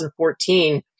2014